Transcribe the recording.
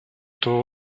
этого